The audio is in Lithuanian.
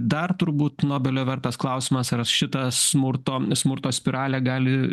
dar turbūt nobelio vertas klausimas ar šita smurto smurto spiralė gali